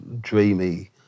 dreamy